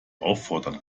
auffordern